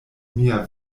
mia